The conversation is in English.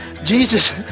Jesus